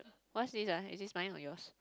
what is this ah is this mine or yours